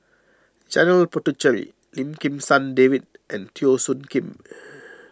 Janil Puthucheary Lim Kim San David and Teo Soon Kim